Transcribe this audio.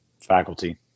Faculty